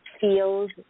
feels